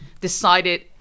decided